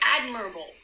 admirable